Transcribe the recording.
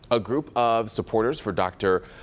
a group of supporters for dr.